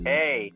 Hey